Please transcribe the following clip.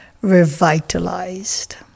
revitalized